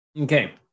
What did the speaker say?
Okay